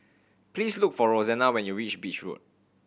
please look for Rosanna when you reach Beach Road